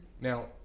Now